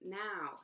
now